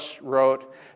wrote